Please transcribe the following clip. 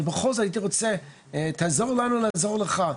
אבל בכל זאת הייתי רוצה - תעזור לנו לעזור לך.